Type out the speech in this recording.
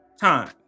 time